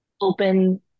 open